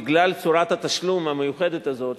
בגלל צורת התשלום המיוחדת הזאת,